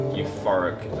euphoric